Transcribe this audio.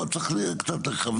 אתה צריך קצת לכוונן.